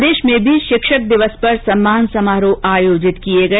प्रदेश में भी शिक्षक दिवस पर सम्मान समारोह आयोजित किए गए